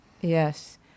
Yes